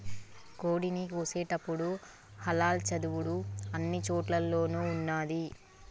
కోడిని కోసేటపుడు హలాల్ చదువుడు అన్ని చోటుల్లోనూ ఉన్నాది